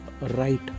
right